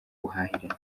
ubuhahirane